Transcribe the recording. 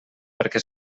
perquè